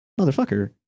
motherfucker